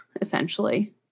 essentially